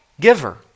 giver